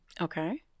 Okay